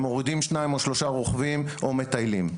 מורידים שניים או שלושה רוכבים או מטיילים.